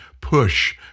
push